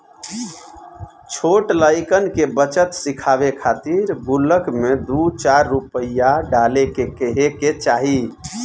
छोट लइकन के बचत सिखावे खातिर गुल्लक में दू चार रूपया डाले के कहे के चाही